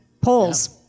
Polls